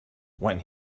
when